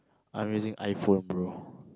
I'm using iPhone bro